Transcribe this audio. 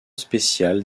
spéciale